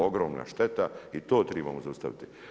Ogromna šteta i to trebamo zaustaviti.